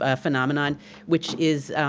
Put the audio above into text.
ah phenomenon which is